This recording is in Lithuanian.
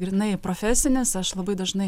grynai profesinis aš labai dažnai